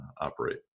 operate